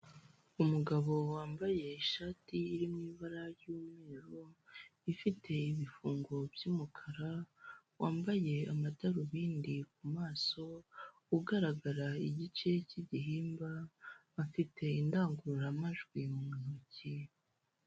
Umugabo wambaye ishati iri mu ibara ry'umweru, ifite ibifu by'umukara wambaye amadarubindi ku maso, ugaragara igice cy'igihimba afite indangururamajwi mu ntoki.